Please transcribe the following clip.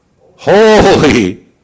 holy